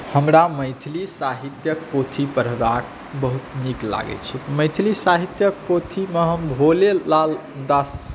हमरा मैथिली साहित्यक पोथी पढबाक बहुत नीक लागै छै मैथिली साहित्यक पोथीमे हम भोले लाल दास